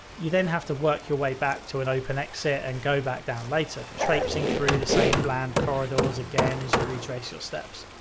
you then have to work your way back to an open exit and go back down later, traipsing through the same bland corridors again as you retrace your steps.